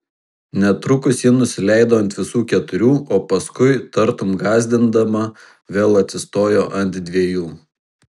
netrukus ji nusileido ant visų keturių o paskui tartum gąsdindama vėl atsistojo ant dviejų